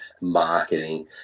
marketing